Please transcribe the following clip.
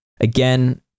again